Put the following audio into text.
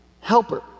helper